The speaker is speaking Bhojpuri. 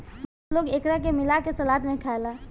बहुत लोग एकरा के सलाद में मिला के खाएला